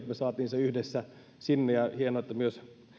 me saimme sen yhdessä sinne ja hienoa että myös